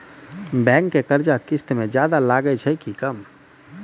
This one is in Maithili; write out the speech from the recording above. बैंक के कर्जा किस्त मे ज्यादा लागै छै कि कम?